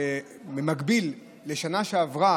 שבהשוואה לשנה שעברה,